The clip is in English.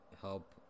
Help